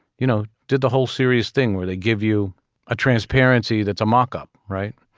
you know, did the whole serious thing where they give you a transparency that's a mock up, right?